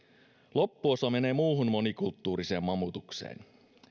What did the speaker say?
loppuosa menee muuhun monikulttuuriseen mamutukseen